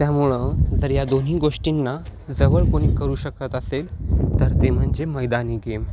त्यामुळं जर या दोन्ही गोष्टींना जवळ कोणी करू शकत असेल तर ते म्हणजे मैदानी गेम